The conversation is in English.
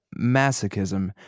masochism